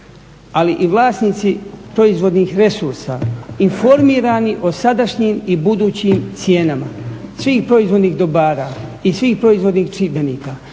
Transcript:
ali i vlasnici proizvodnih resursa informirani o sadašnjim i budućim cijenama svih proizvodnih dobara i svih proizvodnih čimbenika.